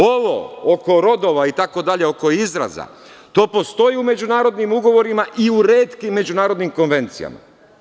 Ovo oko rodova itd, oko izraza, to postoji u međunarodnim ugovorima i u retkim međunarodnim konvencijama.